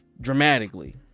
dramatically